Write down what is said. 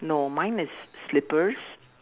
no mine is slippers